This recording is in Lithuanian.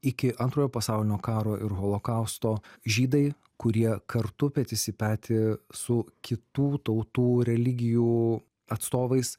iki antrojo pasaulinio karo ir holokausto žydai kurie kartu petys į petį su kitų tautų religijų atstovais